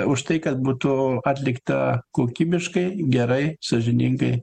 už tai kad būtų atlikta kokybiškai gerai sąžiningai